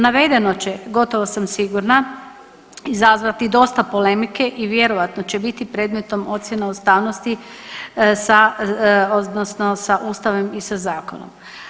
Navedeno će, gotovo sam sigurna, izazvati dosta polemike i vjerojatno će biti predmetom ocjena ustavnosti sa odnosno sa ustavom i sa zakonom.